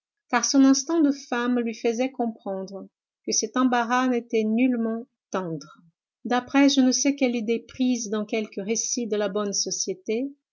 car son instinct de femme lui faisait comprendre que cet embarras n'était nullement tendre d'après je ne sais quelle idée prise dans quelque récit de la bonne société